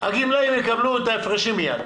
את ההפרשים מיד.